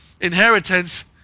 inheritance